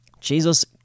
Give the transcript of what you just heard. Jesus